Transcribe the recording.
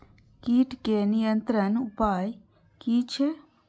कीटके नियंत्रण उपाय कि छै?